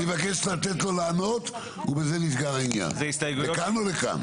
אני מבקש לתת לו לענות ובזה נסגר העניין לכאן או לכאן.